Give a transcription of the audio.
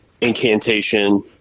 Incantation